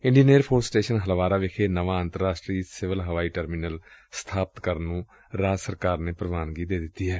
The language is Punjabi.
Indian air force station Halwara ਵਿਖੇ ਨਵਾਂ ਅੰਤਰਰਾਸ਼ਟਰੀ ਸਿਵਲ ਹਵਾਈ ਅੱਡਾ ਸਬਾਪਤ ਕਰਨ ਨੂੰ ਪ੍ਵਾਨਗੀ ਦੇ ਦਿੱਤੀ ਗਈ ਏ